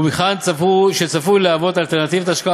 ומכאן שהוא צפוי להוות אלטרנטיבת השקעה